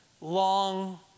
long